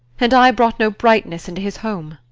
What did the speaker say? and i brought no brightness into his home.